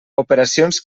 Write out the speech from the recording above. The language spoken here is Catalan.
operacions